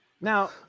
Now